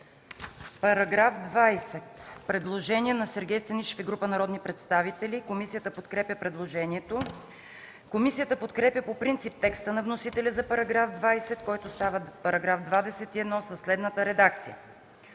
По § 20 има предложение на Сергей Станишев и група народни представители. Комисията подкрепя предложението. Комисията подкрепя по принцип текста на вносителя за § 20, който става § 21 със следната редакция: